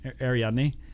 Ariadne